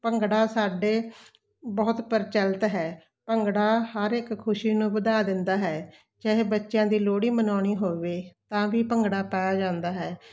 ਭੰਗੜਾ ਸਾਡੇ ਬਹੁਤ ਪ੍ਰਚਲਿਤ ਹੈ ਭੰਗੜਾ ਹਰ ਇੱਕ ਖੁਸ਼ੀ ਨੂੰ ਵਧਾ ਦਿੰਦਾ ਹੈ ਚਾਹੇ ਬੱਚਿਆਂ ਦੀ ਲੋਹੜੀ ਮਨਾਉਣੀ ਹੋਵੇ ਤਾਂ ਵੀ ਭੰਗੜਾ ਪਾਇਆ ਜਾਂਦਾ ਹੈ